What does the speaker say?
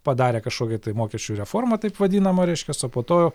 padarė kažkokią tai mokesčių reformą taip vadinamą reiškias o po to